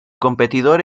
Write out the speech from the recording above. competidor